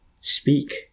Speak